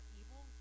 evil